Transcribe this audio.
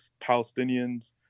Palestinians